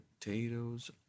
potatoes